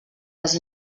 les